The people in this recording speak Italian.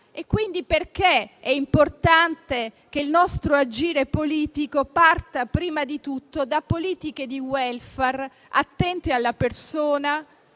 Quindi, perché è importante che il nostro agire politico parta prima di tutto da politiche di *welfare* attente alla persona,